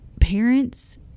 Parents